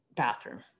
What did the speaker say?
Bathroom